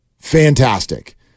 fantastic